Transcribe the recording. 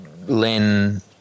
Len